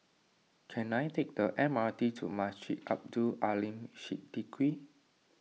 can I take the M R T to Masjid Abdul Aleem Siddique